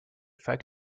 fact